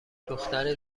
دختری